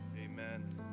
amen